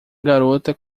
garota